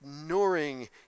ignoring